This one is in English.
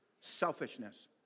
selfishness